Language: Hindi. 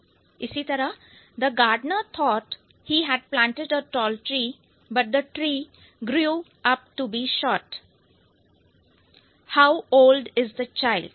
The gardener thought he had planted a tall tree but the tree grew up to be short the gardener thought he had planted a tall tree but the tree grew up to be short how old is the child how old is the child